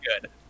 good